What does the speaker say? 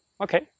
okay